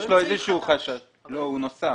זה נוסף.